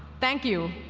thank you.